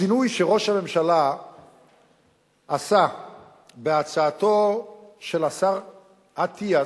השינוי שראש הממשלה עשה בהצעתו של השר אטיאס,